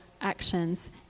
actions